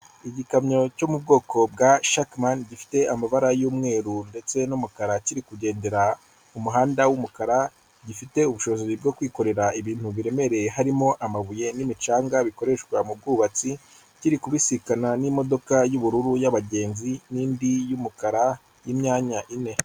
Igikamyo cyo mu bwoko bwa shakimani gifite amabara y'umweru ndetse n'umukara kiri kugendera mu muhnda w'umukara gifite ubushobozi bwo kwikorera ibintu biremereye harimo amabuye n'imicanga yo gukoresha mu bwubatsi kiri kubisikana n'imodoka y'ubururu y'abagenzi n'indi y'umukara y'imyanya ine.